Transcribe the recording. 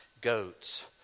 goats